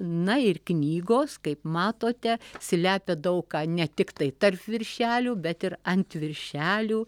na ir knygos kaip matote slepia daug ką ne tiktai tarp viršelių bet ir ant viršelių